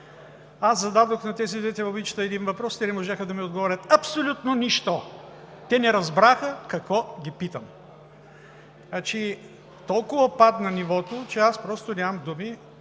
Аз зададох на тези две момичета един въпрос. Те не можаха да ми отговорят абсолютно нищо. Те не разбраха какво ги питам. Толкова падна нивото, че аз просто нямам думи